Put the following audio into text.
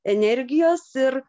energijos ir